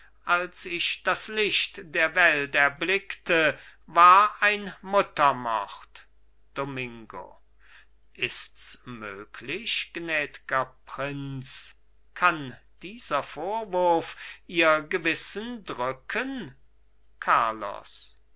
als ich das licht der welt erblickte war ein muttermord domingo ists möglich gnädger prinz kann dieser vorwurf ihr gewissen drücken carlos